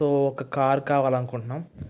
so ఒక car కావాలనుకుంటున్నాం